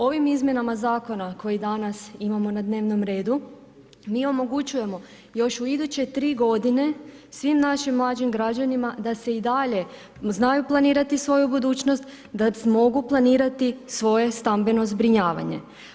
Ovim izmjenama Zakona koji danas imamo na dnevnom redu, mi omogućujemo još u iduće tri godine svim našim mlađim građanima da se i dalje znaju planirati svoju budućnost, da mogu planirati svoje stambeno zbrinjavanje.